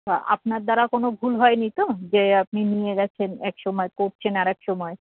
তা আপনার দ্বারা কোনও ভুল হয় নি তো যে আপনি নিয়ে গেছেন এক সময় করছেন আরেক সময়